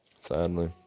Sadly